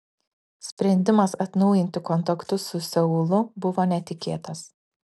sprendimas atnaujinti kontaktus su seulu buvo netikėtas